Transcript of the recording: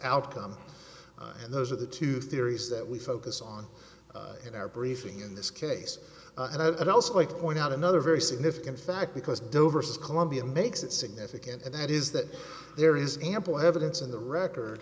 outcome and those are the two theories that we focus on in our briefing in this case and i'd also like to point out another very significant fact because dover says columbia makes it significant and that is that there is ample evidence in the record